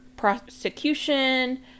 prosecution